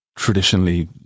Traditionally